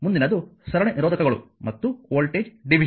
ಮುಂದಿನದು ಸರಣಿ ನಿರೋಧಕಗಳು ಮತ್ತು ವೋಲ್ಟೇಜ್ ಡಿವಿಷನ್